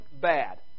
bad